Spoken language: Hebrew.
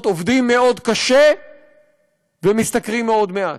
עובדים מאוד קשה ומשתכרים מאוד מעט.